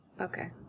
Okay